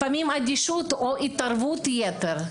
לפעמים בגלל אדישות או התערבות יתר,